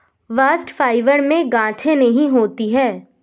bast fibre में गांठे नहीं होती है